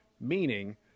Meaning